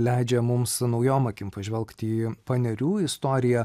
leidžia mums naujom akim pažvelgt į panerių istoriją